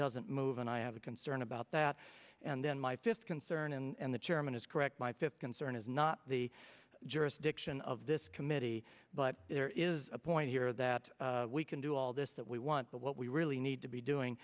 doesn't move and i have a concern about that and then my fifth concern and the chairman is correct my fifth concern is not the jurisdiction of this committee but there is a point here that we can do all this that we want to what we really need to be doing